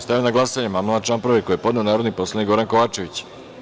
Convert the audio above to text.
Stavljam na glasanje amandman na član 2. koji je podneo narodni poslanik Goran Kovačević.